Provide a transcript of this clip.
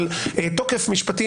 אבל תוקף משפטי,